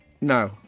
no